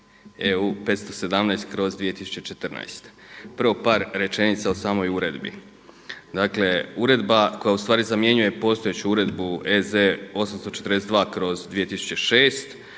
EU 517/2014. Prvo par rečenica o samoj uredbi. Dakle, uredba koja u stvari zamjenjuje postojeću Uredbu EZ 842/2006.